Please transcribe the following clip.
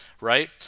right